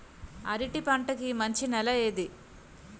అరటి పంట కి మంచి నెల ఏది?